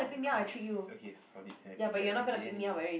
yes okay solid tab